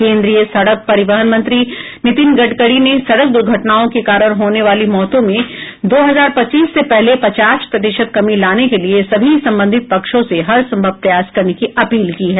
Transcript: केन्द्रीय सड़क परिवहन मंत्री नितिन गडकरी ने सड़क दुर्घटनाओं के कारण होने वाली मौतों में दो हजार पच्चीस से पहले पचास प्रतिशत कमी लाने के लिए सभी संबंधित पक्षों से हरसंभव प्रयास करने की अपील की है